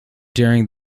during